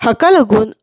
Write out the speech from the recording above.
हाका लागून